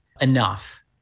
enough